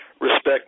respect